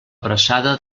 abraçada